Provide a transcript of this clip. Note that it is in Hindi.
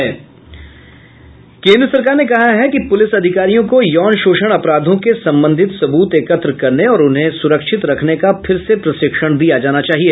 केन्द्र सरकार ने कहा है कि पुलिस अधिकारियों को यौन शोषण अपराधों के संबंधित सबूत एकत्र करने और उन्हें सुरक्षित रखने का फिर से प्रशिक्षण दिया जाना चाहिए